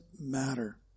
matter